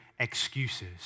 Excuses